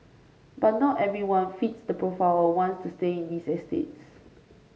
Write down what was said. but not everyone fits the profile or wants to stay in these estates